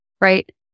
right